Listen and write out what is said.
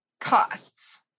costs